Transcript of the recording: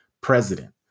president